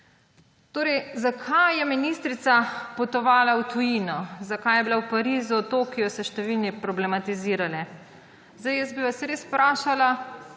Zakaj je ministrica potovala v tujino, zakaj je bila v Parizu, Tokiu, so številni problematizirali. Jaz bi vas res vprašala,